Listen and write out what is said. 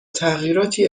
تغییراتی